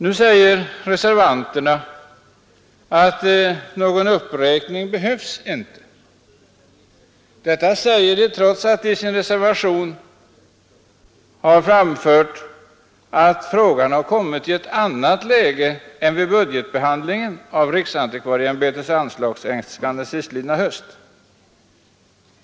Nu säger reservanterna att någon uppräkning inte behövs — trots att de i sin reservation har skrivit att frågan kommit i ett annat läge än vid budgetbehandlingen av riksantikvarieämbetets anslagsäskanden sistlidna höst.